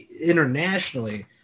internationally